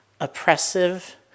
oppressive